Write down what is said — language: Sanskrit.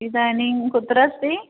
इदानीं कुत्र अस्ति